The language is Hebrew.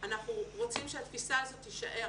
אנחנו רוצים שהתפיסה הזאת תישאר,